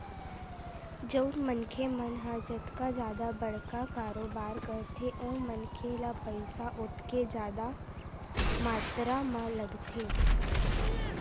जउन मनखे मन ह जतका जादा बड़का कारोबार करथे ओ मनखे ल पइसा ओतके जादा मातरा म लगथे